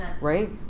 right